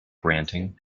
ranting